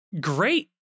great